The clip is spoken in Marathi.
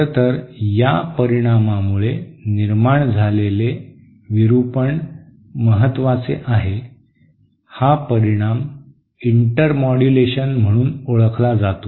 खरं तर या परिणामामुळे निर्माण झालेले विरूपण महत्त्वपूर्ण आहे हा परिणाम इंटरमॉड्यूलेशन म्हणून ओळखला जातो